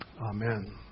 Amen